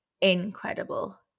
incredible